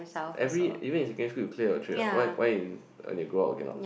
every even in secondary school you clear your tray what why why when you go out you cannot